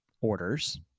orders